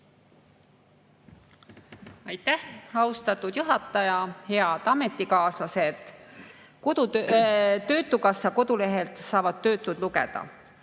Aitäh, austatud juhataja! Head ametikaaslased! Töötukassa kodulehelt saavad töötud lugeda,